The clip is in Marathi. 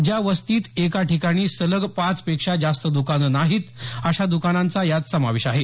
ज्या वस्तीत एका ठिकाणी सलग पाच पेक्षा जास्त दुकानं नाहीत अशा दुकानांचा यात समावेश आहे